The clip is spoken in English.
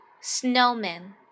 Snowman